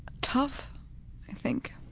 tough, i think.